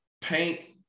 paint